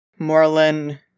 Morlin